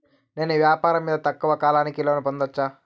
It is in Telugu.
నేను వ్యాపారం మీద తక్కువ కాలానికి లోను పొందొచ్చా?